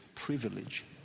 Privilege